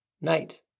Night